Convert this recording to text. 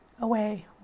away